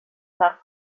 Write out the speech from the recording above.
nach